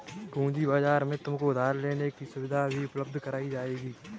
पूँजी बाजार में तुमको उधार लेने की सुविधाएं भी उपलब्ध कराई जाएंगी